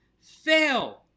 Fail